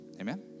Amen